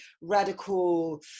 radical